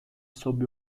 sob